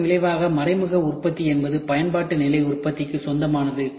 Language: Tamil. இதன் விளைவாக மறைமுக உற்பத்தி என்பது பயன்பாட்டு நிலை உற்பத்திக்கு சொந்தமானது